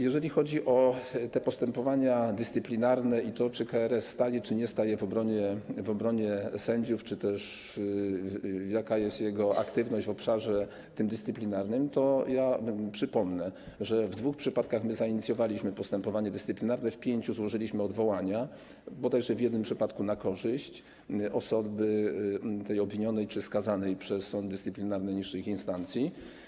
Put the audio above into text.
Jeżeli chodzi o postępowania dyscyplinarne i to, czy KRS staje, czy nie staje w obronie sędziów, jaka jest jego aktywność w obszarze dyscyplinarnym, to przypomnę, że w dwóch przypadkach zainicjowaliśmy postępowanie dyscyplinarne, w pięciu złożyliśmy odwołania, bodajże w jednym przypadku na korzyść osoby obwinionej czy skazanej przez sąd dyscyplinarny niższej instancji.